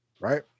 Right